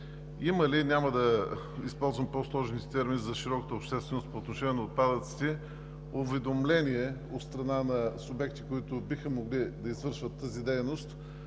има ли, няма да използвам по-сложните термини за широката общественост, по отношение на отпадъците уведомление от страна на субекти, които биха могли да извършват тази дейност,